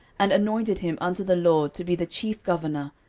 and anointed him unto the lord to be the chief governor,